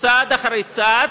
צעד אחר צעד,